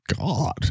God